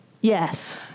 Yes